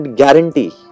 guarantee